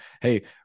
Hey